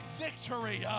victory